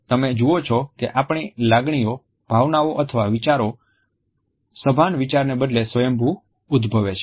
તમે જુઓ છો કે આપણી લાગણીઓ ભાવનાઓ અથવા વિચારો સભાન વિચારને બદલે સ્વયંભૂ ઉદભવે છે